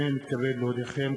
הנני מתכבד להודיעכם,